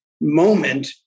moment